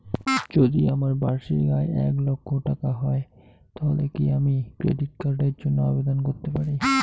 যদি আমার বার্ষিক আয় এক লক্ষ টাকা হয় তাহলে কি আমি ক্রেডিট কার্ডের জন্য আবেদন করতে পারি?